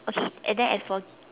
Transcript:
okay and then as for